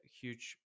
huge